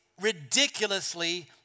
ridiculously